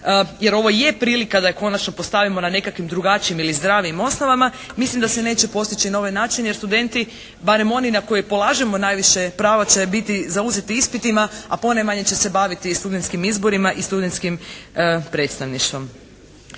jer ovo i je prilika da je konačno postavimo na nekakvim drugačijim ili zdravijim osnovama. Mislim da se neće postići na ovaj način jer studenti barem oni na koje polažemo najviše prava će biti zauzeti ispitima a ponajmanje će se baviti studentskim izborima i studentskim predstavništvom.